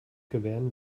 gewähren